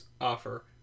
offer